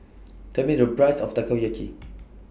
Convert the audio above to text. Tell Me The Price of Takoyaki